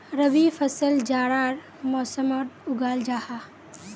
रबी फसल जाड़ार मौसमोट उगाल जाहा